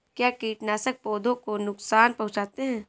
क्या कीटनाशक पौधों को नुकसान पहुँचाते हैं?